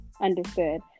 Understood